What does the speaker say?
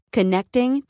Connecting